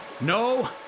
No